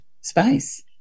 space